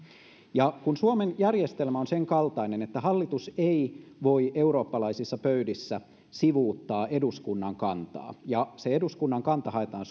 ja kun suomen järjestelmä on sen kaltainen että hallitus ei voi eurooppalaisissa pöydissä sivuuttaa eduskunnan kantaa ja se eduskunnan kanta haetaan